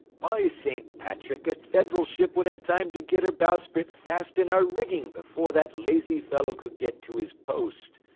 by st. patrick, a federal ship would have time to get her bowsprit fast in our rigging before that lazy fellow could get to his post.